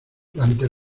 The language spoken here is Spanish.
durante